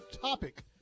topic